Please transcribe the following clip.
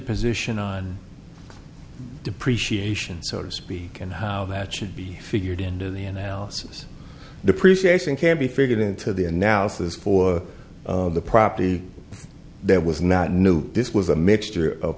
position on depreciation so to speak and how that should be figured into the analysis depreciation can be figured into the analysis for the property that was not new this was a mixture of